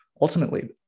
ultimately